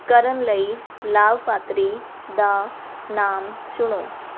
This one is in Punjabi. ਕਰਨ ਲਈ ਲਾਭਪਾਤਰੀ ਦਾ ਨਾਮ ਚੁਣੋ